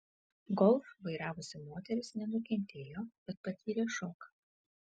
golf vairavusi moteris nenukentėjo bet patyrė šoką